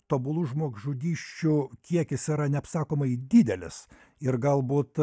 tobulų žmogžudysčių kiekis yra neapsakomai didelis ir galbūt